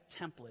template